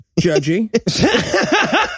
judgy